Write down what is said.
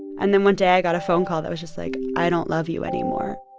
and then one day, i got a phone call that was just like, i don't love you anymore.